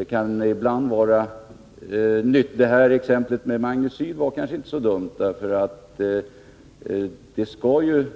Att nämna magnecyl i det exempel som anfördes var kanske inte så dumt, eftersom magnecyl